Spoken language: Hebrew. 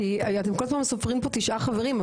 כי אתם כל פעם סופרים פה תשעה חברים,